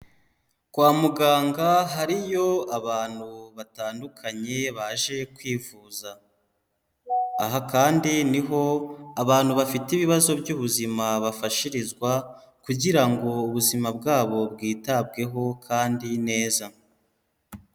Kwa muganga hariyo abantu batandukanye baje kwivuza, aha kandi ni ho abantu bafite ibibazo by'ubuzima bafashirizwa kugira ngo ubuzima bwabo bwitabweho kandi neza.